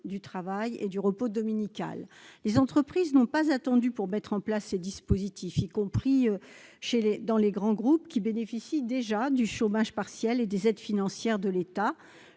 du travail et le repos dominical. Les entreprises n'ont pas attendu pour mettre en place ces dispositifs, y compris les grands groupes qui bénéficient déjà du chômage partiel et des aides financières de l'État.